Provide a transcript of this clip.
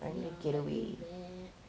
ya but too bad